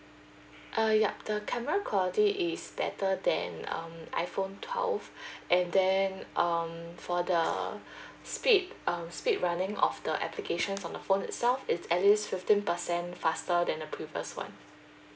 uh yup the camera quality is better than um iphone twelve and then um for the speed um speed running of the application from the phone itself it's at least fifteen percent faster than the previous one